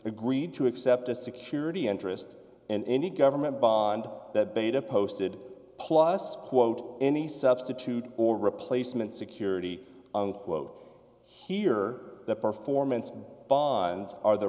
agreed to accept a security interest and any government bond that beta posted plus quote any substitute or replacement security on quote here the performance bonds are the